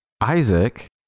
Isaac